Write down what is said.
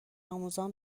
آموزان